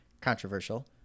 Controversial